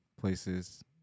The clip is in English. places